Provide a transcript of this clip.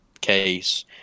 case